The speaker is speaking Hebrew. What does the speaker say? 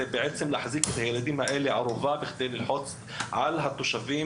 זה להחזיק את הילדים האלה כבני ערובה בכדי ללחוץ על התושבים